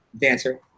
Dancer